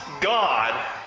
God